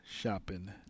Shopping